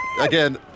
again